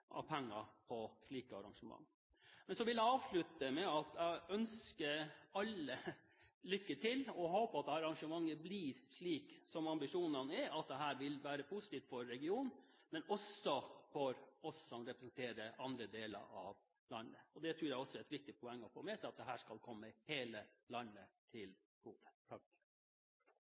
av penger på slike arrangement. Jeg vil avslutte med at jeg ønsker alle lykke til, og håper at arrangementet blir slik som ambisjonene er, at dette vil være positivt ikke bare for regionen, men også for oss som representerer andre deler av landet. Jeg tror det er et viktig poeng å få med seg at dette skal komme hele landet til